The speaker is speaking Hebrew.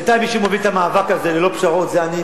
בינתיים מי שמוביל את המאבק הזה ללא פשרות זה אני,